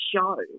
show